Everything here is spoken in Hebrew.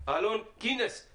אלון קינסט